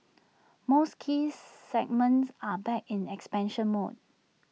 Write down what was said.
most key segments are back in expansion mode